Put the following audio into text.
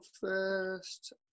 first